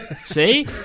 See